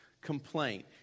complaint